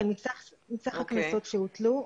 כן, מסך הקנסות שהוטלו.